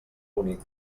únic